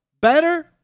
better